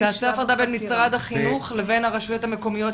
תעשה הפרדה בין משרד החינוך לבין הרשויות המקומיות,